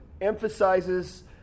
emphasizes